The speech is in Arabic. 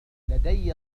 لدي